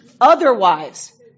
Otherwise